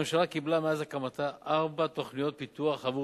הממשלה קיבלה מאז הקמתה ארבע תוכניות פיתוח בעבור